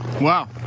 Wow